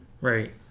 Right